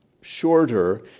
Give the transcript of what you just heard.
shorter